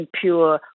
pure